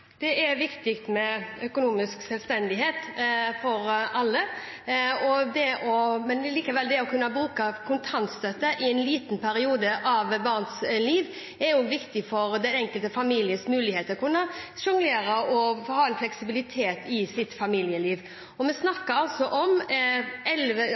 Det er viktig med økonomisk selvstendighet for alle, men det å kunne bruke kontantstøtte i en liten periode av barnets liv er likevel viktig for den enkelte families mulighet til å kunne sjonglere og ha en fleksibilitet i sitt familieliv. Vi